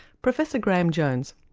professor graeme jones.